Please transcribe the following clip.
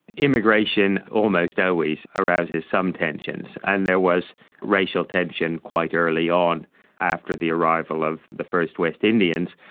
immigration almost always arouses some tensions, and there was racial tension quite early on after the arrival of the first west indians.